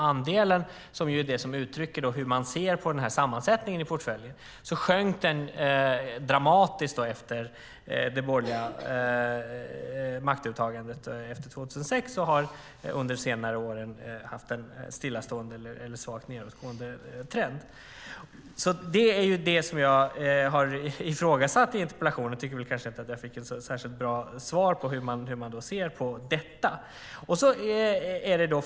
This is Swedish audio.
Andelen, som ju uttrycker sammansättningen i portföljen, sjönk dramatiskt efter det borgerliga maktövertagandet 2006 och har under senare år varit stillastående eller haft en svagt nedåtgående trend. Det är det som jag har ifrågasatt i interpellationen, och jag tycker inte att jag fick något särskilt bra svar på hur man ser på detta.